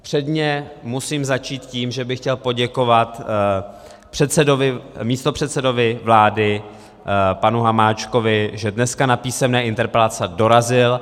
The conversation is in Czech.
Předně musím začít tím, že bych chtěl poděkovat místopředsedovi vlády panu Hamáčkovi, že dneska na písemné interpelace dorazil.